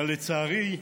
אבל לצערי,